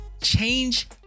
change